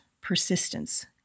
persistence